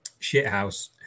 shithouse